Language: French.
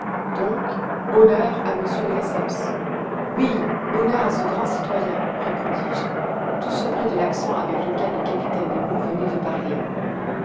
donc honneur à m de lesseps oui honneur à ce grand citoyen répondis-je tout surpris de l'accent avec lequel le capitaine nemo venait de parler